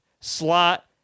slot